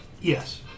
Yes